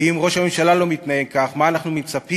ואם ראש הממשלה לא מתנהג כך, מה אנחנו מצפים